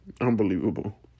unbelievable